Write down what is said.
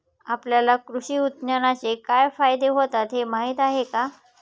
आपल्याला कृषी विज्ञानाचे काय फायदे होतात हे माहीत आहे का?